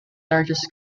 largest